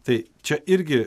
tai čia irgi